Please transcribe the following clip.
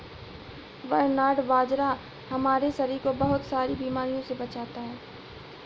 barnyard बाजरा हमारे शरीर को बहुत सारी बीमारियों से बचाता है